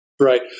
Right